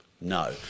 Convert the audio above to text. no